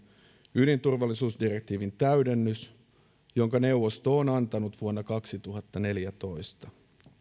ydinturvallisuusdirektiivin täydennys jonka neuvosto on antanut vuonna kaksituhattaneljätoista